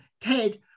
Ted